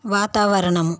వాతావరణం